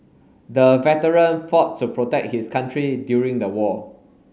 the veteran fought to protect his country during the war